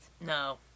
No